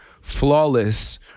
flawless